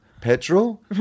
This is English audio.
petrol